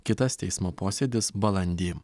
kitas teismo posėdis balandį